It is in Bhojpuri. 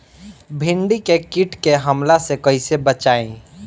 भींडी के कीट के हमला से कइसे बचाई?